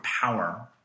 power